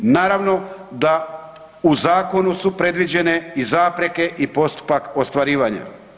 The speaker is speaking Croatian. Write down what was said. Naravno da u zakonu su predviđene i zapreke i postupak ostvarivanja.